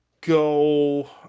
go